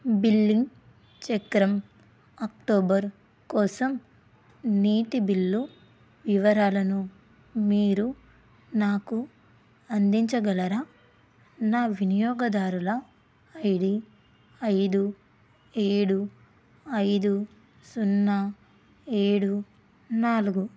billing చక్రం October కోసం నీటి బిల్లు వివరాలను మీరు నాకు అందించగలరా నా వినియోగదారుల ఐ డీ ఐదు ఏడు ఐదు సున్నా ఏడు నాలుగు